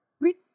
oui